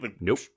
nope